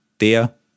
der